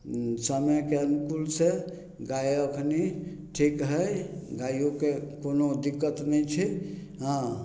समयके अनुकूलसँ गाय एखनी ठीक हइ गायोके कोनो दिक्कत नहि छै हँ